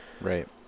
Right